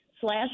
slash